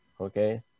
okay